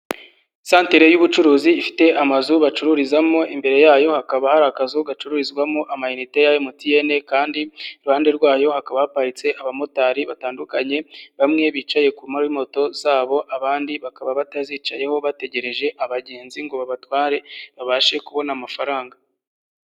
Santere y'ubucuruzi ifite amazu bacururizamo imbere yayo hakaba hari akazu gacururizwamo amayinite ya MTN kandi iruhande rwayo hakaba haparitse abamotari batandukanye bamwe bicaye ku mamoto zabo abandi bakaba batazicayeho bategereje abagenzi ngo babatware babashe kubona amafaranga.